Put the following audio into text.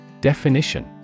Definition